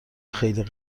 خیلی